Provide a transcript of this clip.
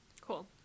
Cool